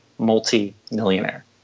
multi-millionaire